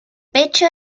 pecho